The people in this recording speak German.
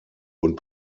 und